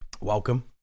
Welcome